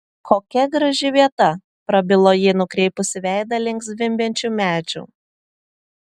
kokia graži vieta prabilo ji nukreipusi veidą link zvimbiančių medžių